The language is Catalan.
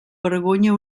vergonya